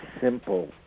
simple